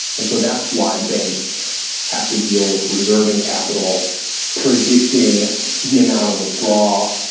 and so that's why banks have to deal with reserve and capital predicting the amount of withdraw,